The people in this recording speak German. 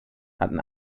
hatten